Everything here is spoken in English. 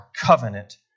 covenant